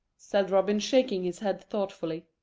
said robin, shaking his head thoughtfully.